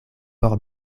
por